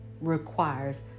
requires